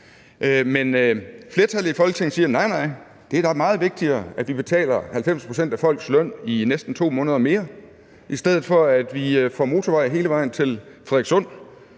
Men flertallet i Folketinget siger. Nej, nej, det er da meget vigtigere, at vi betaler 90 pct. af folks løn i næsten 2 måneder mere, i stedet for at vi får en motorvej hele vejen til Frederikssund